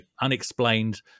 unexplained